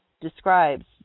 describes